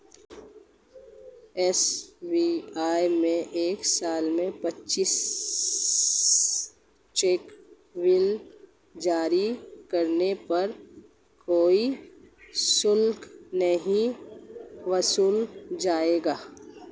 SBI में एक साल में पच्चीस चेक लीव जारी करने पर कोई शुल्क नहीं वसूला जाएगा